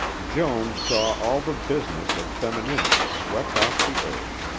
joan saw all the business of femininity swept off the earth.